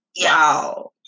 Wow